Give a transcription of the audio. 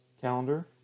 calendar